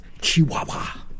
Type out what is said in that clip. chihuahua